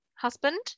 husband